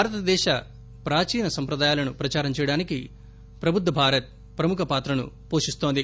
భారతదేశ ప్రాచీన సంప్రదాయాలను ప్రదారం చేయడానికి ప్రబుద్ద భారత ప్రముఖ పాత్రను పోషిస్తోంది